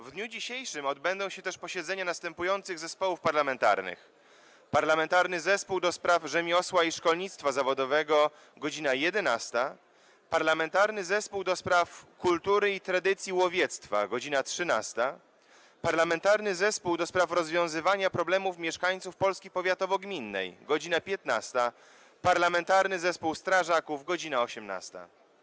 W dniu dzisiejszym odbędą się też posiedzenia następujących zespołów parlamentarnych: - Parlamentarnego Zespołu do spraw Rzemiosła i Szkolnictwa Zawodowego - godz. 11, - Parlamentarnego Zespołu ds. Kultury i Tradycji Łowiectwa - godz. 13, - Parlamentarnego Zespołu ds. rozwiązywania problemów mieszkańców „Polski powiatowo-gminnej” - godz. 15, - Parlamentarnego Zespołu Strażaków - godz. 18.